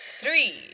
three